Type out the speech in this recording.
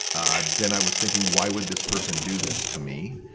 ah, then i was thinking, why would this person do this to me?